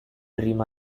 dream